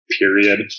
period